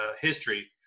history